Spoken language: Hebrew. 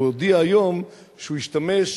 הוא הודיע היום שהוא השתמש,